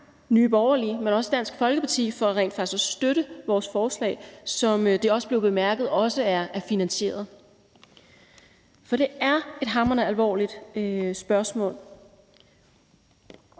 Nye Borgerlige, men også Dansk Folkeparti, for rent faktisk at støtte vores forslag, der, som det også er blevet bemærket, også er finansieret. For det er et hamrende alvorligt spørgsmål.